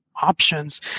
options